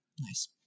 Nice